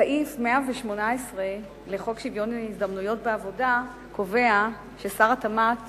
סעיף 118 לחוק שוויון ההזדמנויות בעבודה קובע ששר התמ"ת